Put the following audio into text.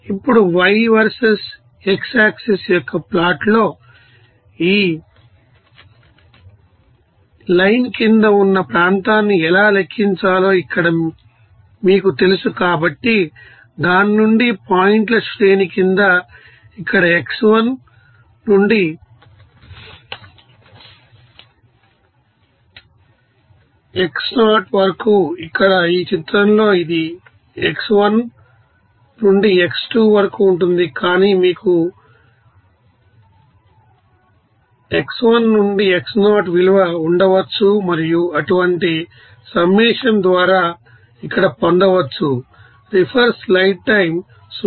ఇప్పుడు ఈ y versus x axis యొక్క ప్లాట్లో ఈ లైన్క్రింద ఉన్న ప్రాంతాన్నిఎలా లెక్కించాలో ఇక్కడ మీకు తెలుసు కాబట్టి దాని నుండి పాయింట్ల శ్రేణి క్రింద ఇక్కడ x1 నుండి xn వరకు ఇక్కడ ఈ చిత్రంలో ఇది x1 నుండి x2 వరకు ఉంటుంది కానీ మీకు x1నుండి xn విలువ ఉండవచ్చు మరియు అటువంటి సమ్మషన్ ద్వారా ఇక్కడ పొందవచ్చు